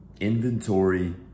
inventory